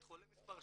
למישהו פה מסטול?